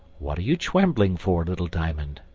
what are you trembling for, little diamond?